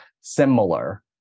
similar